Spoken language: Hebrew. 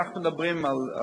אנחנו מדברים על,